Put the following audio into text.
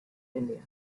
india